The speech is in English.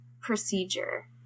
procedure